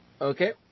Okay